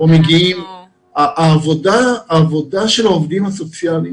העבודה של העובדים הסוציאליים